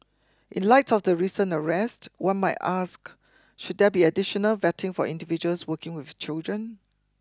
in light of the recent arrest one might ask should there be additional vetting for individuals working with children